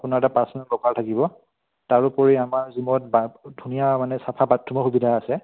আপোনাৰ এটা personal locker থাকিব তাৰোপৰি আমাৰ জিমত বা ধুনীয়া মানে চাফা বাথৰুমৰ সুবিধা আছে